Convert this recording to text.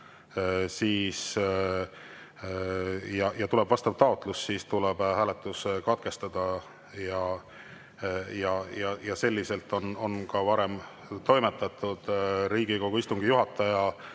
lärm ja tuleb vastav taotlus, siis tuleb hääletus katkestada. Selliselt on varem ka toimetatud. Riigikogu istungi juhataja